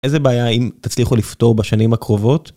איזה בעיה, אם תצליחו לפתור בשנים הקרובות?